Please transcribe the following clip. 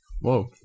Whoa